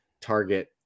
target